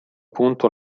punto